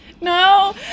No